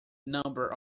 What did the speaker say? number